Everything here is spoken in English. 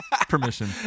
Permission